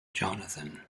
jonathan